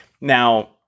Now